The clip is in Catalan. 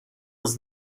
els